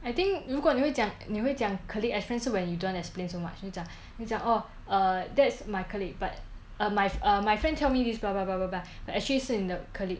I think 如果你会讲你会讲 colleague as friends 是 when you don't want explain so much 你会讲你讲 oh err that's my colleague but err my err my friend tell me this blah blah blah blah blah but actually 是你的 colleague